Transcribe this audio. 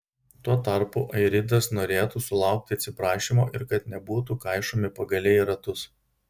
tuo tarpu airidas norėtų sulaukti atsiprašymo ir kad nebūtų kaišomi pagaliai į ratus